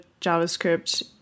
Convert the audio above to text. JavaScript